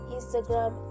Instagram